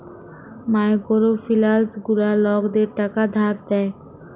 micro finance গুলা লকদের টাকা ধার দেয়